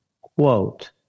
quote